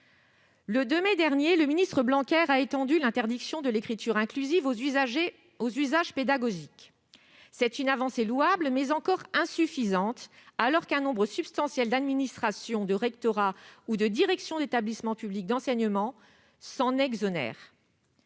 de l'éducation nationale, a étendu l'interdiction de l'écriture inclusive aux usages pédagogiques. C'est une avancée louable, mais encore insuffisante, alors qu'un nombre substantiel d'administrations, de rectorats ou de directions d'établissements publics d'enseignement s'en exonère.